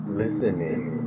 listening